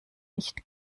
nicht